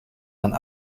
mijn